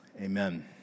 Amen